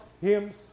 hymns